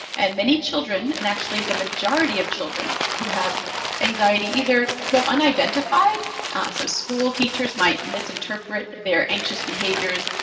and many children and actually the majority of children who have anxiety either go unidentified so school teachers might misinterpret they're anxious behaviors.